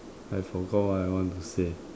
I forgot what I want to say